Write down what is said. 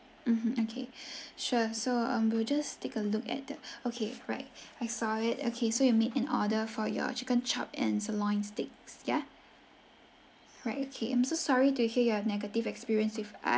mmhmm okay sure so um we'll just take a look at the okay right I saw it okay so you made an order for your chicken chop and sirloin steaks ya right okay I'm so sorry to hear your negative experience with